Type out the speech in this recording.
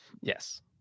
Yes